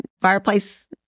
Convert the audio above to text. fireplace